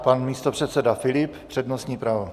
Pan místopředseda Filip, přednostní právo.